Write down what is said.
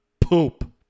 Poop